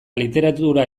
literatura